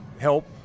help